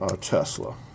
Tesla